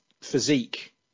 physique